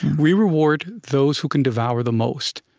we reward those who can devour the most.